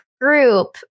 group